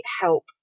help